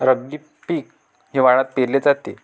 रब्बी पीक हिवाळ्यात पेरले जाते